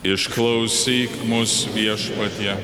išklausyk mus viešpatie